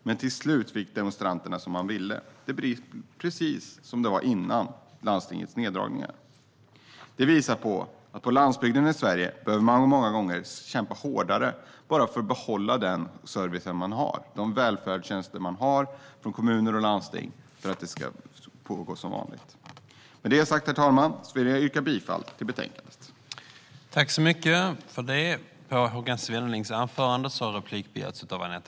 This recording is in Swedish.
Men till slut fick demonstranterna som de ville. Det blev precis som det var före landstingets neddragningar. Det visar att man på landsbygden i Sverige många gånger behöver kämpa hårdare bara för att få behålla den service och de välfärdstjänster man har från kommuner och landsting. Med det sagt, herr talman, vill jag yrka bifall till förslaget i betänkandet.